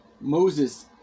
Moses